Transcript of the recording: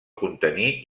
contenir